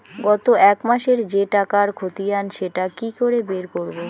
গত এক মাসের যে টাকার খতিয়ান সেটা কি করে বের করব?